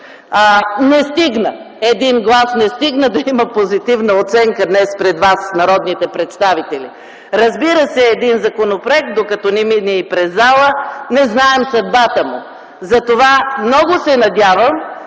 гласуването. Един глас не стигна, за да има позитивна оценка днес пред вас – народните представители. Разбира се, един законопроект, докато не мине през залата не знаем съдбата му. Затова много се надявам,